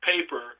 paper